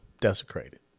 desecrated